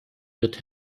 wird